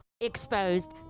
Exposed